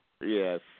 yes